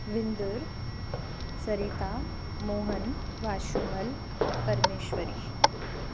Vindur Sarita Mohan Vashumal Parmeshwari